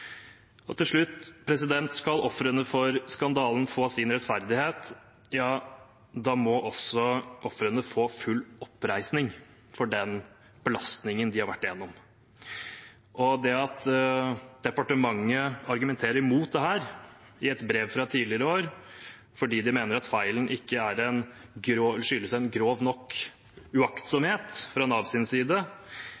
Til slutt: Skal ofrene for skandalen få sin rettferdighet, må ofrene også få full oppreisning for den belastningen de har vært igjennom. Det at departementet argumenterer mot dette i et brev fra tidligere i år fordi de mener at feilen ikke skyldes en grov nok uaktsomhet fra Navs side, mener jeg er ubegripelig. Det er iallfall en grov nok